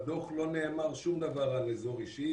בדוח לא נאמר שום דבר על אזור אישי,